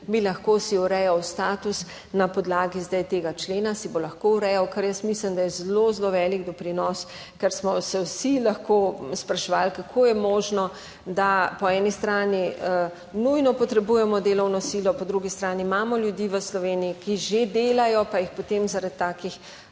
bi lahko si urejal status na podlagi zdaj tega člena, si bo lahko urejal, kar jaz mislim, da je zelo, zelo velik doprinos, ker smo se vsi lahko spraševali, kako je možno, da po eni strani nujno potrebujemo delovno silo, po drugi strani imamo ljudi v Sloveniji, ki že delajo, pa jih potem zaradi takih